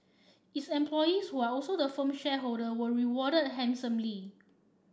its employees who are also the firm shareholder were rewarded handsomely